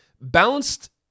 Balanced